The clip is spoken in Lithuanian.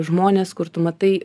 žmones kur tu matai